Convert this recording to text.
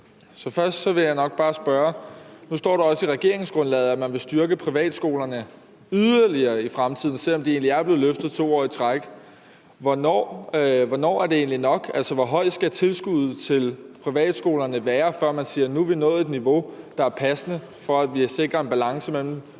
nu over i privatskolerne. Nu står der også i regeringsgrundlaget, at man vil styrke privatskolerne yderligere i fremtiden, selv om de egentlig er blevet løftet to år i træk. Så først vil jeg nok bare spørge: Hvornår er det egentlig nok? Altså, hvor højt skal tilskuddet til privatskolerne være, før man siger: Nu har vi nået et niveau, der er passende for at sikre en balance mellem